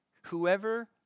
whoever